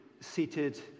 seated